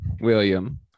William